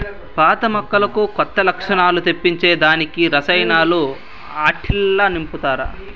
పాత మొక్కలకు కొత్త లచ్చణాలు తెప్పించే దానికి రసాయనాలు ఆట్టిల్ల నింపతారు